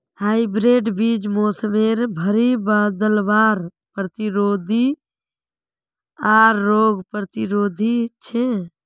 hybrid बीज मोसमेर भरी बदलावर प्रतिरोधी आर रोग प्रतिरोधी छे